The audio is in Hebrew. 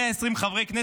120 חברי כנסת,